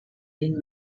been